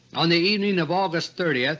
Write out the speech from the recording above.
on the evening of august thirty, ah